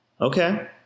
okay